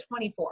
24